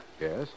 Yes